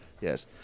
Yes